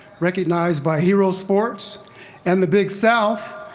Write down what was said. recognized by hero sports and the big south,